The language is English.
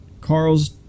Carl's